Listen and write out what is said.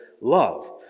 love